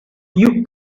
you